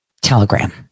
Telegram